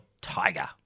Tiger